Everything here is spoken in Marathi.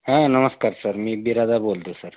हा नमस्कार सर मी बिरासदार बोलतो सर